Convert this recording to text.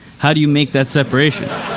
how do you make that separation?